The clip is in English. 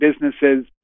businesses